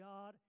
God